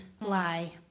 lie